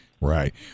Right